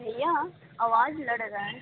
भैया आवाज़ लड़ रहा है